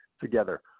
together